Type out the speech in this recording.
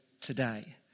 today